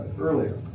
earlier